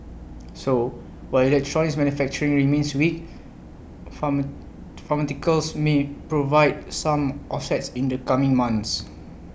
so while electronics manufacturing remains weak farmer pharmaceuticals may provide some offset in the coming months